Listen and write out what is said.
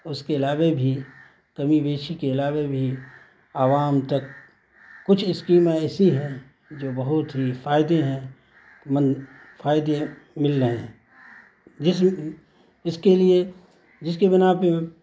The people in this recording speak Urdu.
اس کے علاوہ بھی کمی بیشی کے علاوے بھی عوام تک کچھ اسکیمیں ایسی ہیں جو بہت ہی فائدے ہیں من فائدے مل رہے ہیں جس جس کے لیے جس کے بنا پہ